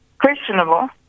questionable